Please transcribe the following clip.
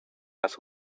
las